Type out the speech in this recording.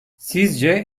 sizce